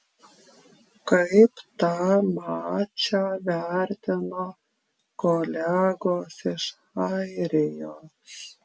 kaip tą mačą vertino kolegos iš airijos